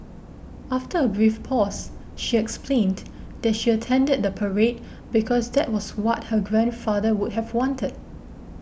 after a brief pause she explained that she attended the parade because that was what her grandfather would have wanted